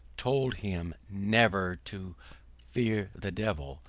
told him never to fear the devil,